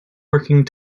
working